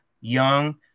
Young